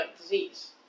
disease